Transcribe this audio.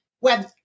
web